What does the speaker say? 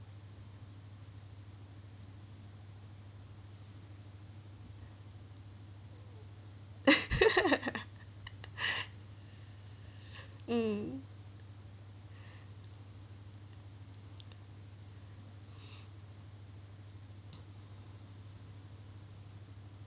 um